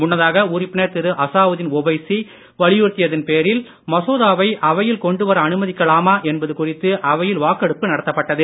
முன்னதாக உறுப்பினர் திரு அசாவுதீன் ஓவைசி வலியுறுத்தியதன் பேரில் மசோதாவை அவையில் கொண்டுவர அனுமதிக்கலாமா என்பது குறித்து அவையில் வாக்கெடுப்பு நடத்தப்பட்டது